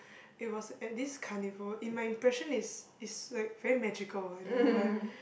it was at this carnival in my impression is is like very magical I don't know why